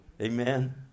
Amen